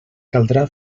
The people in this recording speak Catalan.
caldrà